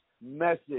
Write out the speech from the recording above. message